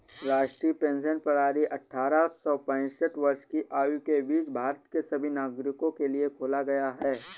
राष्ट्रीय पेंशन प्रणाली अट्ठारह से पेंसठ वर्ष की आयु के बीच भारत के सभी नागरिकों के लिए खोला गया